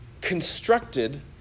constructed